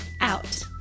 out